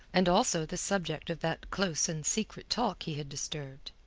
and also the subject of that close and secret talk he had disturbed.